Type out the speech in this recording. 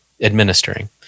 administering